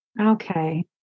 Okay